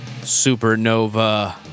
Supernova